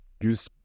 use